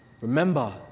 remember